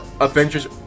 Avengers